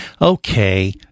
okay